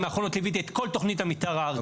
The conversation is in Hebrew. האחרונות ליוויתי את כל תכנית המתאר הארצית.